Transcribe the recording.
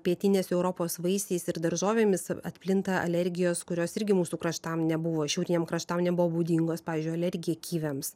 pietinės europos vaisiais ir daržovėmis atplinta alergijos kurios irgi mūsų kraštam nebuvo šiauriniem kraštam nebuvo būdingos pavyzdžiui alergija kiviams